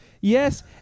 Yes